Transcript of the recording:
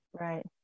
Right